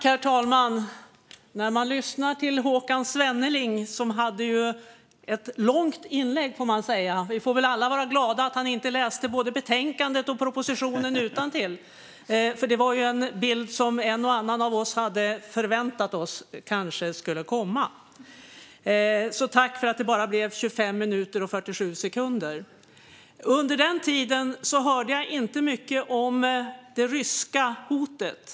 Herr talman! Håkan Svenneling hade ett långt inlägg. Vi får väl alla vara glada att han inte läste både betänkandet och propositionen utantill - det var en bild som en och annan av oss hade förväntat sig kanske skulle komma. Tack för att det bara blev 25 minuter och 47 sekunder! Under den tiden hörde jag dock inte mycket om det ryska hotet.